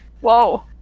Whoa